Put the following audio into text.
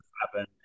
happen